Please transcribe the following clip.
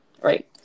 right